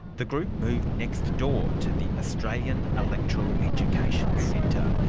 the group move next door to the australian electoral education centre.